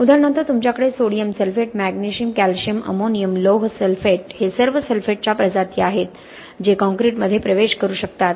उदाहरणार्थ तुमच्याकडे sodium sulphate magnesium calcium ammonium लोह सल्फेट हे सर्व सल्फेटच्या प्रजाती आहेत जे काँक्रीटमध्ये प्रवेश करू शकतात